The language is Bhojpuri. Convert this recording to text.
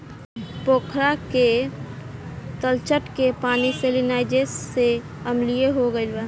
पोखरा के तलछट के पानी सैलिनाइज़ेशन से अम्लीय हो गईल बा